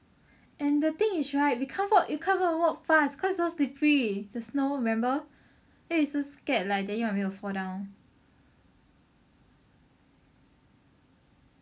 and the thing is right we can't walk we can't even walk fast cause so slippery the snow remember then we so scared like and me gonna fall down